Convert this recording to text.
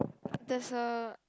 there's a